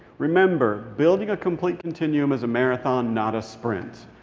remember, building a complete continuum is a marathon, not a sprint.